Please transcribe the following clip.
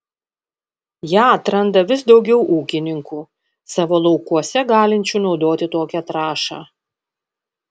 ją atranda vis daugiau ūkininkų savo laukuose galinčių naudoti tokią trąšą